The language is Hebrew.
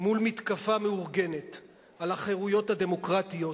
מול מתקפה מאורגנת על החירויות הדמוקרטיות,